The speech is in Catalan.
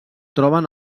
troben